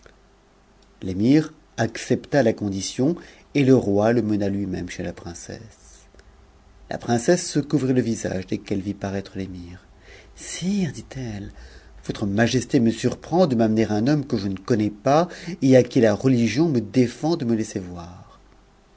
l'émir accepta la condition et le roi le mena lui-même chez la prin cesse la princesse se couvrit le visage dès qu'elle vit paraître l'ëmir sire dit-elle votre majesté me surprend de m'amener un homme noc je ne connais pas et à qui la religion me défend de me laisser voir